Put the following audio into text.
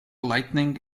lightning